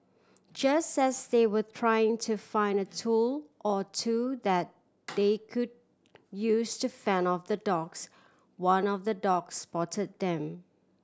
just as they were trying to find a tool or two that they could use to fend off the dogs one of the dogs spot them